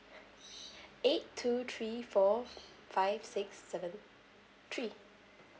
eight two three four five six seven three